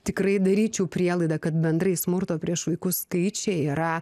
tikrai daryčiau prielaidą kad bendrai smurto prieš vaikus skaičiai yra